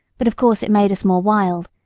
but of course it made us more wild,